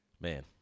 Man